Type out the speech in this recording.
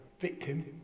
victim